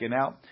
out